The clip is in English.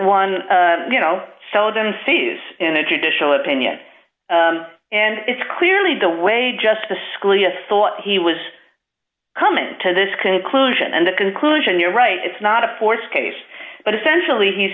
one you know seldom sees in a judicial opinion and it's clearly the way justice scalia thought he was coming to this conclusion and that conclusion you're right it's not a forced case but essentially he's